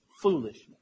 foolishness